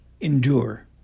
Endure